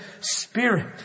Spirit